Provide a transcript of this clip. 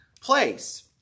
place